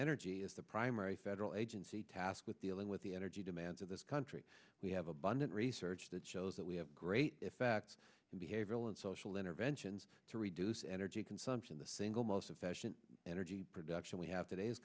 energy as the primary federal agency tasked with dealing with the energy demands of this country we have abundant research that shows that we have great effect in behavioral and social interventions to reduce energy consumption the single most of fashion energy production we have today is